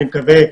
אני מקווה,